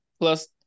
plus